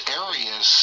areas